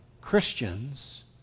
Christians